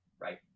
Right